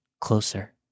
closer